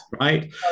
right